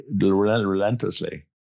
relentlessly